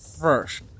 first